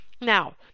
Now